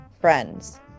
friends